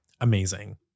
Amazing